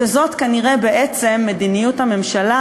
שזאת כנראה בעצם מדיניות הממשלה,